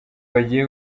bagiye